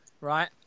right